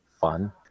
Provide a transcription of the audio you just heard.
fun